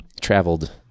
traveled